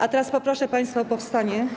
A teraz poproszę państwa o powstanie.